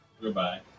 Goodbye